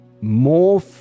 more